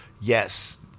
Yes